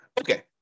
Okay